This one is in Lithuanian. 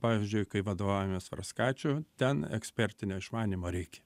pavyzdžiui kai vadovaujamės fraskačiu ten ekspertinio išmanymo reikia